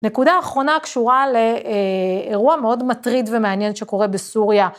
נקודה אחרונה קשורה לאירוע מאוד מטריד ומעניין שקורה בסוריה.